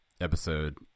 episode